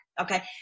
okay